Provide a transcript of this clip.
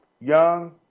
young